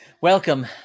welcome